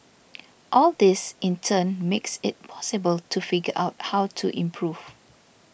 all this in turn makes it possible to figure out how to improve